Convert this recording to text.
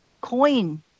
coin